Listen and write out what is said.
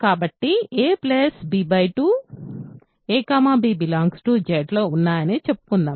కాబట్టి a b 2 a b Zలో ఉన్నాయని చెప్పుకుందాం